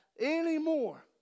anymore